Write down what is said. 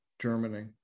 Germany